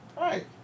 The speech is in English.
Right